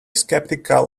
skeptical